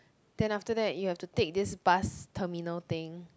then after that you have to take this bus terminal thing